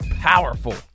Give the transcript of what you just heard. powerful